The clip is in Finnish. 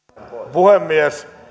puhemies